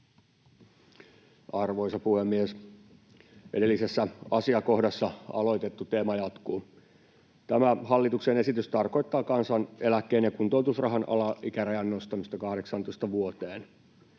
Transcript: Arvoisa puhemies! Edellisessä asiakohdassa aloitettu teema jatkuu. Tämä hallituksen esitys tarkoittaa kansaneläkkeen ja kuntoutusrahan alaikärajan nostamista 18 vuoteen.